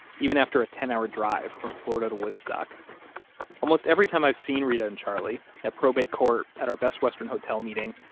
even after a ten hour drive from florida to woodstock almost every time i've seen reta and charlie, at probate court, at our best western hotel meeting,